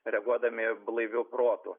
reaguodami blaiviu protu